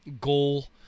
goal